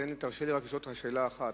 תרשה לי רק לשאול אותך שאלה אחת.